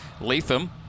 Latham